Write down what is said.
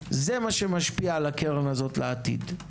זה מה שמשפיע על הקרן הזו לעתיד.